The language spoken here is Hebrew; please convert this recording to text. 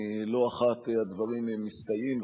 לא אחת הדברים מסתייעים,